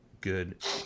good